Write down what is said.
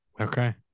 Okay